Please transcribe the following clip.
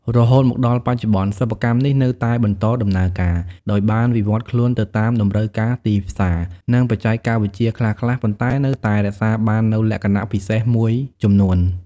រហូតមកដល់បច្ចុប្បន្ន សិប្បកម្មនេះនៅតែបន្តដំណើរការ ដោយបានវិវឌ្ឍន៍ខ្លួនទៅតាមតម្រូវការទីផ្សារ និងបច្ចេកវិទ្យាខ្លះៗ ប៉ុន្តែនៅតែរក្សាបាននូវលក្ខណៈពិសេសមួយចំនួន។